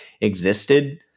existed